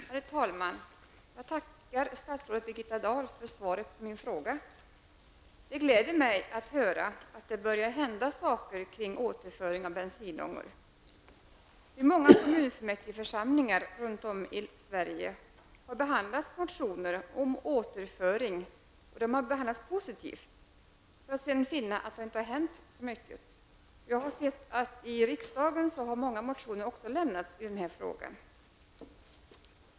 Herr talman! Jag tackar statsrådet Birgitta Dahl för svaret på min fråga. Det gläder mig att höra att det börjar hända saker kring återföring av bensinångor. I många kommunfullmäktigeförsamlingar runt om i Sverige har motioner om återföring behandlats positivt. Sedan har man funnit att det inte har hänt så mycket. Jag har sett att många motioner i den här frågan också har avlämnats till riksdagen.